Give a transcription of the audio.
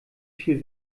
viel